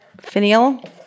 finial